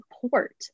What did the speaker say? support